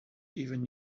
even